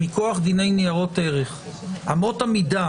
שמכוח דיני ניירות ערך אמות המידה